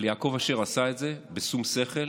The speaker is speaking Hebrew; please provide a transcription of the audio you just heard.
אבל יעקב אשר עשה את זה בשום שכל,